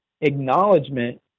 acknowledgement